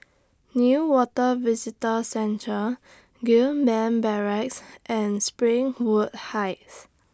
Newater Visitor Centre Gillman Barracks and Springwood Heights